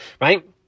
right